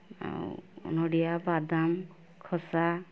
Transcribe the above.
ଆଉ ନଡ଼ିଆ ବାଦାମ ଖସା